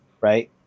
right